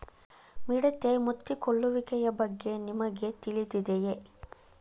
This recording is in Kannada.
ಮಿಡತೆ ಮುತ್ತಿಕೊಳ್ಳುವಿಕೆಯ ಬಗ್ಗೆ ನಿಮಗೆ ತಿಳಿದಿದೆಯೇ?